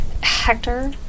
Hector